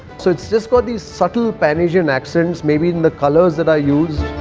so it's just got these subtle pan asian accents maybe in the colours that are used.